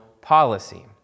policy